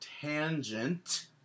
tangent